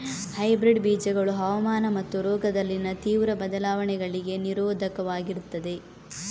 hybrid ಬೀಜಗಳು ಹವಾಮಾನ ಮತ್ತು ರೋಗದಲ್ಲಿನ ತೀವ್ರ ಬದಲಾವಣೆಗಳಿಗೆ ನಿರೋಧಕವಾಗಿರ್ತದೆ